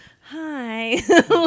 hi